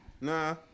Nah